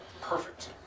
Perfect